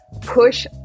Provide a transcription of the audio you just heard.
push